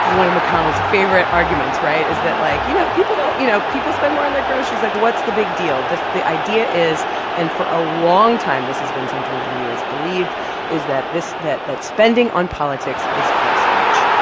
one of mcconnell's favorite arguments right? is that, like, you know, people don't you know, people spend more on their groceries. like, what's the big deal? this the idea is and for a long time, this has been something that he has believed is that this that that spending on politics is free speech.